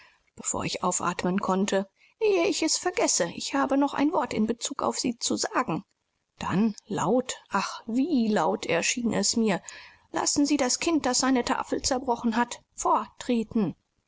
bevor ich aufatmen konnte ehe ich es vergesse ich habe noch ein wort in bezug auf sie zu sagen dann laut ach wie laut erschien es mir lassen sie das kind das seine tafel zerbrochen hat